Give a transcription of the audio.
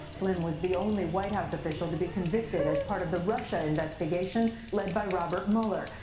flynn was the only white house official to be convicted as part of the russia investigation led by robert mueller.